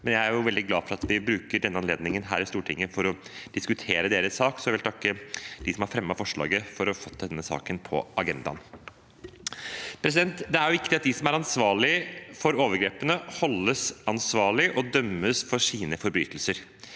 veldig glad for at vi bruker denne anledningen her i Stortinget til å diskutere deres sak. Jeg vil takke dem som har fremmet forslaget for å ha fått denne saken på agendaen. Det er viktig at de som er ansvarlige for overgrepene, holdes ansvarlig og dømmes for sine forbrytelser.